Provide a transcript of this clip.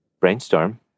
brainstorm